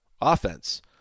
offense